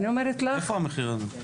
איפה המחיר הזה?